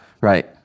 Right